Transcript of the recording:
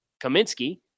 Kaminsky